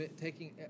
taking